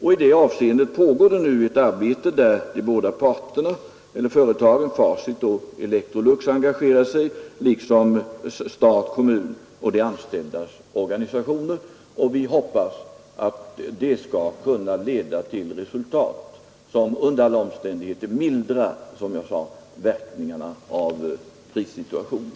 I det syftet pågår nu ett arbete, i vilket de båda företagen Facit och Electrolux liksom stat, kommun och de anställdas organisationer är engagerade. Vi hoppas att det arbetet skall leda till resultat, som under alla förhållanden mildrar verkningarna av krissituationen.